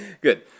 Good